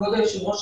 כבוד היושב ראש,